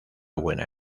buena